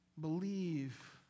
Believe